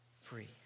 free